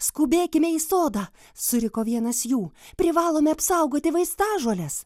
skubėkime į sodą suriko vienas jų privalome apsaugoti vaistažoles